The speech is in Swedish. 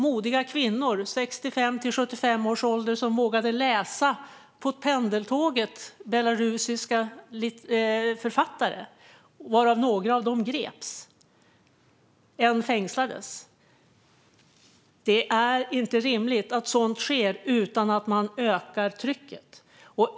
Modiga kvinnor i 65-75-årsåldern vågade läsa belarusiska författare på pendeltåget. Några av dem greps varav en fängslades. Det är inte rimligt att sådant sker utan att man ökar trycket.